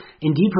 Indeed